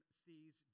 sees